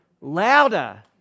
louder